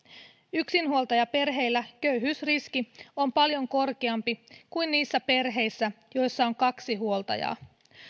yksinhuoltajaperheillä köyhyysriski on paljon korkeampi kuin niissä perheissä joissa on kaksi huoltajaa